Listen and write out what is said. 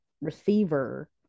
receiver